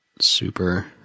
super